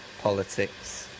politics